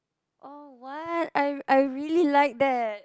oh what I I really like that